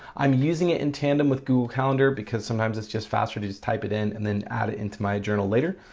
i'm using it in tandem with google calendar because sometimes it's just faster to just type it in and then add it into my journal later.